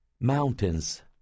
Mountains